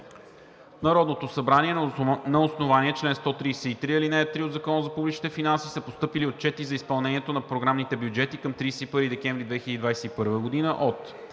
Народното събрание на основание чл. 133, ал. 3 от Закона за публичните финанси са постъпили отчети за изпълнението на програмните бюджети към 31 декември 2021 г. от